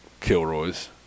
Kilroy's